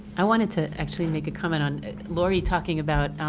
i wanted to actually make a comment on laurie talking about